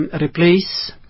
replace